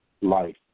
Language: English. life